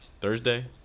Thursday